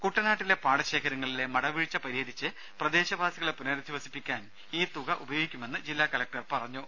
കുട്ടനാട്ടിലെ പാടശേഖരങ്ങളിലെ മടവീഴ്ച പരിഹരിച്ച് പ്രദേശവാസികളെ പുനരധിവസിപ്പിക്കാൻ ഈ തുക ഉപയോഗിക്കും എന്ന് ജില്ലാ കലക്ടർ പറഞ്ഞു